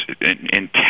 intense